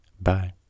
Bye